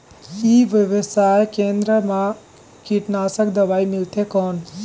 ई व्यवसाय केंद्र मा कीटनाशक दवाई मिलथे कौन?